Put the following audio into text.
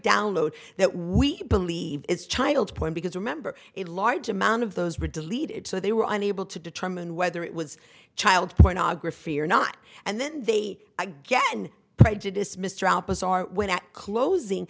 download that we believe is child's point because remember a large amount of those were deleted so they were unable to determine whether it was child pornography or not and then they again prejudice mr outputs are closing